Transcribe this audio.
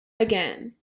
again